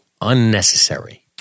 unnecessary